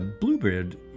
Bluebird